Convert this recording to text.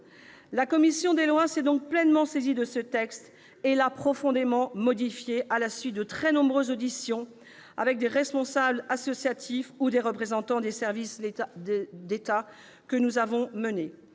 La commission des lois s'est donc pleinement saisie de ce texte et l'a profondément modifié, à la suite des très nombreuses auditions des responsables associatifs et des représentants des services de l'État que nous avons menées.